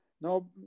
no